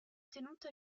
tenuto